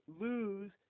lose